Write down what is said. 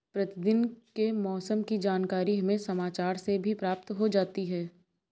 प्रतिदिन के मौसम की जानकारी हमें समाचार से भी प्राप्त हो जाती है